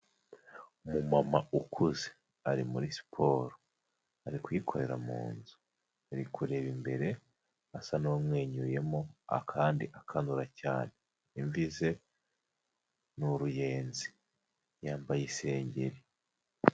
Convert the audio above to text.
Umu mama ukuze ari muri siporo ari kuyikorera mu nzu, ari kureba imbere asa n'umwenyuyemo, kandi akanura cyane imvi ze ni uruyenzi yambaye isengeri.